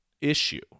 issue